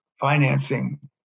financing